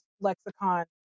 lexicon